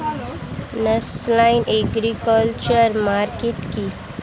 National agriculture market কি?